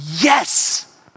yes